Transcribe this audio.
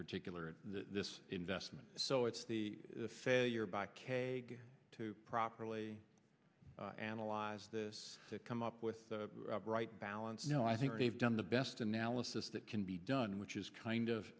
particular this investment so it's the failure by k to properly analyze this to come up with the right balance you know i think they've done the best analysis that can be done which is kind of